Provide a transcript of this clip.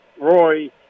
Roy